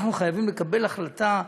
אנחנו חייבים לקבל החלטה.